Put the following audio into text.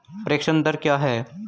प्रेषण दर क्या है?